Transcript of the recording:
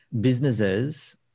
businesses